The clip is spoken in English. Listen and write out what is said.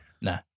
nah